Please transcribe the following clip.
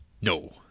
No